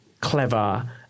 clever